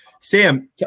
Sam